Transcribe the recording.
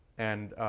and